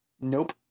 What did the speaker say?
Nope